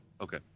Okay